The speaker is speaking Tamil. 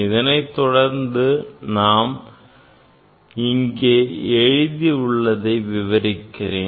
இதனைத் தொடர்ந்து நான் இங்கே எழுதி உள்ளதை விவரிக்கிறேன்